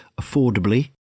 affordably